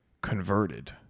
converted